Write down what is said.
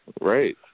Right